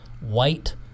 white